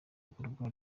bikorwa